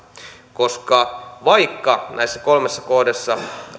vaikka näissä kolmessa kohdassa